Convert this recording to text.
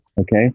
okay